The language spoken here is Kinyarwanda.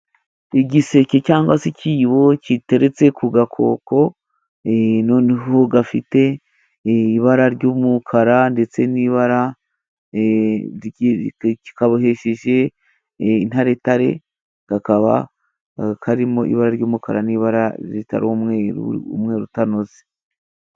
Igiseke cyangwa se ikibo giteretse ku gakoko, noneho gafite ibara ry'umukara ndetse n'ibara, kabohesheje intaretare kakaba karimo ibara ry'umukara, n'ibara ritari umweru, umweru utanoze.